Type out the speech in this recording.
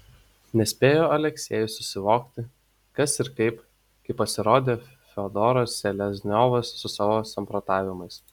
nespėjo aleksejus susivokti kas ir kaip kai pasirodė fiodoras selezniovas su savo samprotavimais